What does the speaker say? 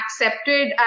accepted